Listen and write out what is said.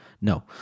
No